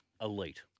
elite